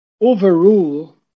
Overrule